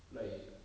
like